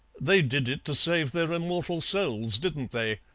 they did it to save their immortal souls, didn't they?